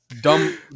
dumb